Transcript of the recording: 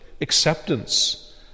acceptance